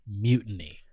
mutiny